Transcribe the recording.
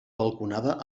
balconada